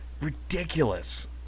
ridiculous